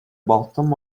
bottom